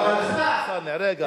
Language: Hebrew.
אלסאנע, רגע.